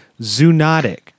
zoonotic